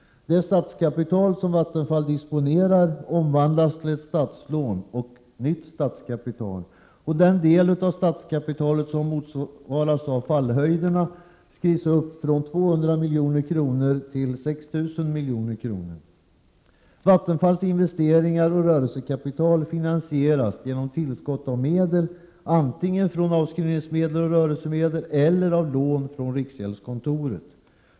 Det statskapital som Vattenfall disponerar omvandlas till ett statslån och nytt statskapital. Den del av statskapitalet som motsvaras av fallhöjderna skrivs upp från 200 milj.kr. till 6 000 milj.kr. Vattenfalls investeringar och rörelsekapital finansieras genom tillskott antingen från avskrivningsmedel och rörelsemedel eller genom lån i riksgäldskontoret.